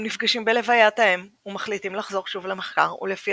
הם נפגשים בלווית האם ומחליטים לחזור שוב למחקר ולפי